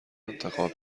انتخاب